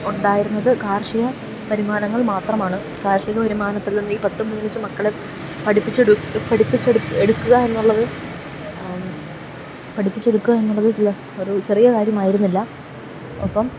ഉണ്ടായിരുന്നത് കാർഷിക വരുമാനങ്ങൾ മാത്രമാണ് കാർഷിക വരുമാനത്തിൽ നിന്നീ പത്തും പതിനഞ്ചും മക്കളെ പഠിപ്പിച്ചെടുക്കുക എന്നുള്ളത് പഠിപ്പിച്ചെടുക്കുക എന്നുള്ളത് ഒരു ചെറിയ കാര്യമായിരുന്നില്ല ഒപ്പം